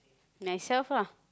myself lah